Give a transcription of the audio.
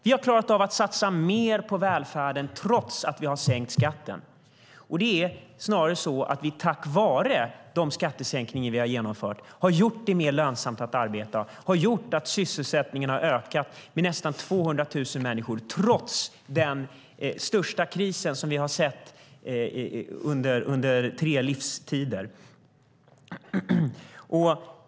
Vi har klarat av att satsa mer på välfärden trots att vi sänkt skatten. Snarare har vi tack vare de skattesänkningar vi genomfört gjort det mer lönsamt att arbeta. Sysselsättningen har ökat med nästan 200 000 människor trots den största kris vi sett under tre livstider.